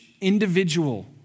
individual